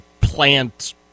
plant